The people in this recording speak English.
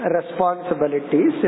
Responsibilities